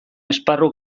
esparru